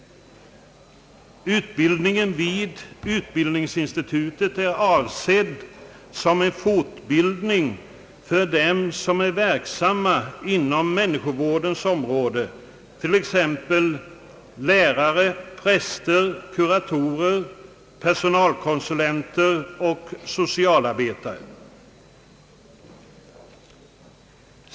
Utbildningen vid institutet är avsedd vara en fortbildning för dem som är verksamma inom människovårdens område, t.ex. lärare, präster, kuratorer, personalkonsulenter och socialarbetare.